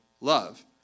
love